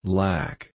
Black